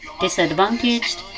disadvantaged